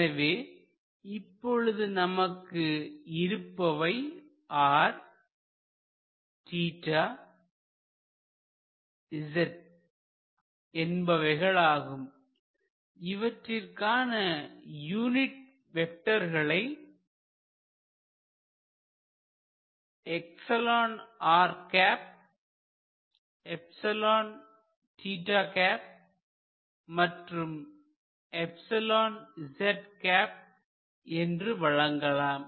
எனவே இப்பொழுது நமக்கு அமைந்திருப்பவை r z என்பவைகளாகும் இவற்றிற்கான யூனிட் வெக்டர்களை மற்றும் என்று வழங்கலாம்